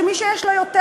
שמי שיש לו יותר,